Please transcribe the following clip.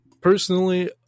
Personally